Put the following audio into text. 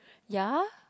ya